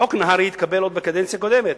חוק נהרי התקבל עוד בקדנציה הקודמת,